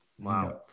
Wow